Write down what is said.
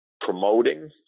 promoting